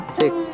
six